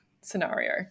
scenario